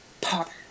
Potter